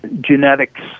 genetics